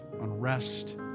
unrest